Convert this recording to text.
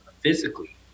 physically